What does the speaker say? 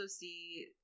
see